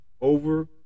over